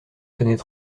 tenaient